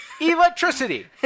Electricity